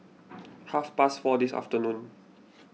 half past four this afternoon